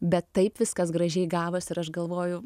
bet taip viskas gražiai gavosi ir aš galvoju